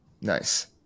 Nice